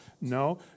No